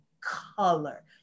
color